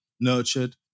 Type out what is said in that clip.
nurtured